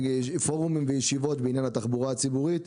פורומים וישיבות בעניין התחבורה הציבורית,